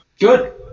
Good